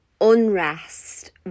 unrest